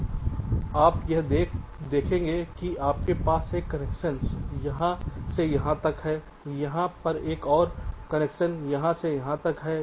तो आप यहां देखें कि कि आपके पास एक कनेक्शन यहां से यहां तक है और यहां पर एक और कनेक्शन यहां से यहां तक है